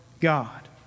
God